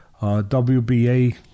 WBA